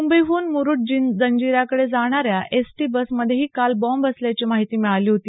मुंबईहून मुरूड जंजिऱ्याकडे जाणाऱ्या एस टी बसमध्येही काल बॉम्ब असल्याची माहिती मिळाली होती